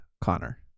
connor